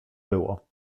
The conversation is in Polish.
było